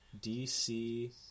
DC